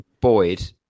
Boyd